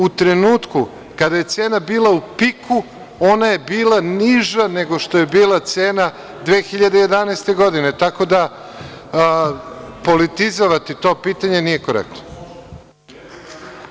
U trenutku kada je cena bila u piku, ona je bila niža nego što je bila cena 2011. godine, tako da politizovati to pitanje nije korektno. (Boško Obradović: Replika.